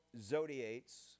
Zodiate's